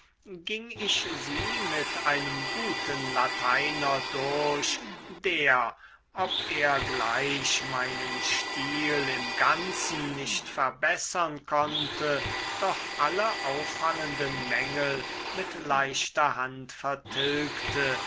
ging ich sie mit einem guten lateiner durch der ob er gleich meinen stil im ganzen nicht verbessern konnte doch alle auffallenden mängel mit leichter hand vertilgte